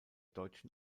deutschen